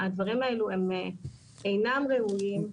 הדברים האלו הם אינם ראויים.